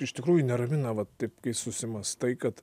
iš tikrųjų neramina va taip kai susimąstai kad